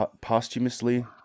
posthumously